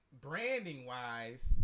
branding-wise